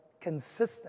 consistent